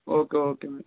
okay okay madam